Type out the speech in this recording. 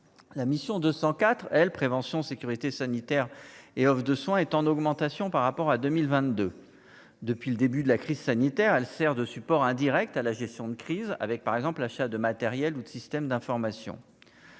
la mission de 4 elle prévention sécurité sanitaire et de soins est en augmentation par rapport à 2022 depuis le début de la crise sanitaire, elle sert de support indirect à la gestion de crise, avec par exemple l'achat de matériels ou de systèmes d'information,